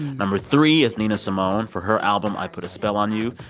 number three is nina simone for her album, i put a spell on you.